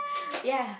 ya